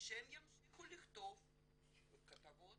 שהם ימשיכו לכתוב כתבות.